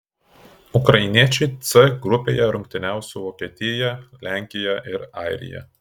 ukrainiečiai c grupėje rungtyniaus su vokietija lenkija ir airija